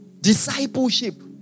Discipleship